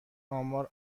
امار